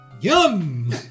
YUM